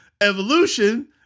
Evolution